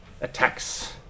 attacks